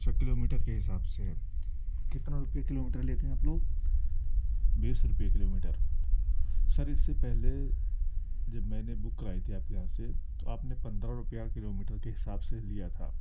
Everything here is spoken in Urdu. اچھا کلو میٹر کے حساب سے ہے کتنا روپیہ کلو میٹر لیتے ہیں آپ لوگ بیس روپیے کلو میٹر سر اس سے پہلے جب میں نے بک کرائی تھی آپ کے یہاں سے تو آپ نے پندرہ روپیہ کلو میٹر کے حساب سے لیا تھا